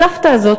הסבתא הזאת,